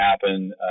happen